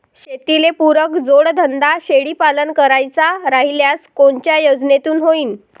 शेतीले पुरक जोडधंदा शेळीपालन करायचा राह्यल्यास कोनच्या योजनेतून होईन?